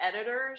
editors